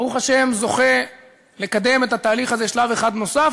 ברוך השם, זוכה לקדם את התהליך הזה שלב אחד נוסף.